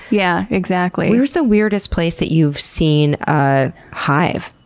yeah exactly. where's the weirdest place that you've seen a hive?